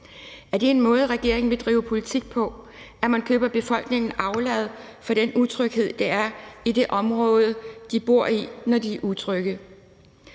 Er det en måde, regeringen vil drive politik på, at man køber aflad hos befolkningen for den utryghed, der er i det område, de bor i, når de er utrygge?